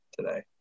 today